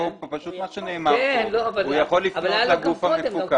כאן נאמר שהוא יכול לפנות לגוף המפוקח.